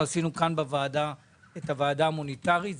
עשינו כאן בוועדה את הוועדה המוניטרית.